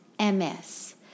MS